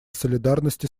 солидарности